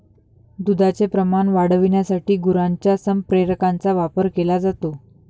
दुधाचे प्रमाण वाढविण्यासाठी गुरांच्या संप्रेरकांचा वापर केला जातो